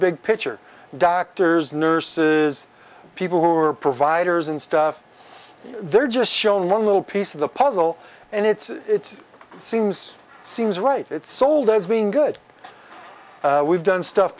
big picture doctors nurses people who are providers and stuff they're just shown one little piece of the puzzle and it's seems seems right it's sold as being good we've done stuff